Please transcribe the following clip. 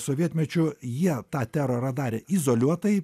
sovietmečiu jie tą terorą darė izoliuotai